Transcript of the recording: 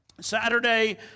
saturday